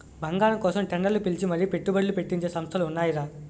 బంగారం కోసం టెండర్లు పిలిచి మరీ పెట్టుబడ్లు పెట్టించే సంస్థలు ఉన్నాయిరా